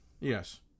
Yes